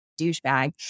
douchebag